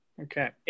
Okay